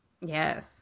Yes